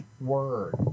word